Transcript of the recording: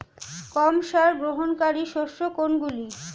কম সার গ্রহণকারী শস্য কোনগুলি?